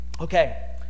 Okay